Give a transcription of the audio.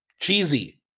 Cheesy